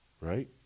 Right